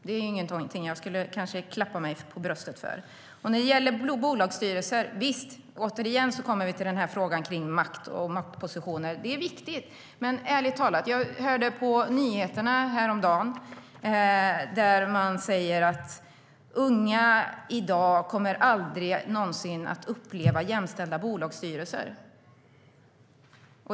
Det är ingenting som jag skulle klappa mig på bröstet för. Sedan gäller det bolagsstyrelser. Återigen kommer vi till frågan om makt och maktpositioner. Det är viktigt. Men jag hörde på nyheterna häromdagen. Där sa man att unga i dag aldrig någonsin kommer att uppleva jämställda bolagsstyrelser.